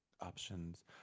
Options